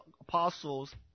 apostles